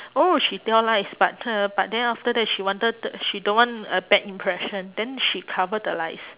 oh she tell lies but uh but then after that she wanted the she don't want a bad impression then she cover the lies